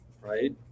right